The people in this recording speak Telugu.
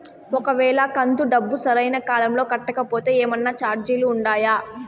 ఒక వేళ కంతు డబ్బు సరైన కాలంలో కట్టకపోతే ఏమన్నా చార్జీలు ఉండాయా?